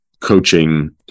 coaching